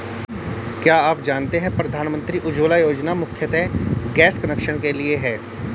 क्या आप जानते है प्रधानमंत्री उज्ज्वला योजना मुख्यतः गैस कनेक्शन के लिए है?